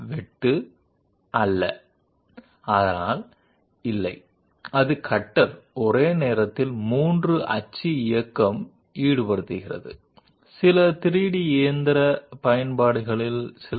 And in order to machine or in order to manufacture these impression dies we might have to go for 3 dimensional machining it is not the only way of getting these dies but this is definitely one of the ways